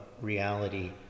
reality